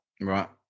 Right